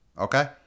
Okay